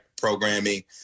programming